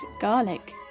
garlic